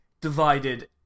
divided